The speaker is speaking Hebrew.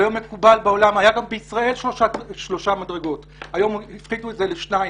היו גם בישראל שלוש מדרגות והיום הפחיתו את זה לשתיים.